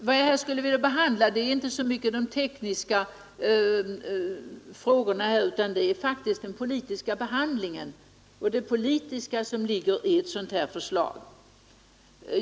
Vad jag skulle vilja ta upp är inte så mycket de tekniska frågorna utan den politiska behandlingen av ärendet.